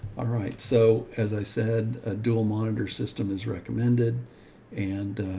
ah right. so as i said, a dual monitor system is recommended and,